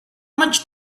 much